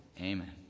amen